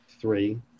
Three